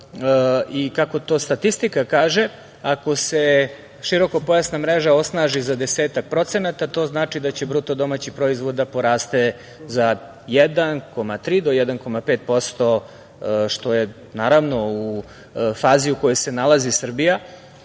i kako to statistika kaže, ako se širokopojasna mreža osnaži za desetak procenata to znači da će BDP da poraste za 1,3 do 1,5% što je u fazi u kojoj se nalazi Srbija,